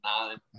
nine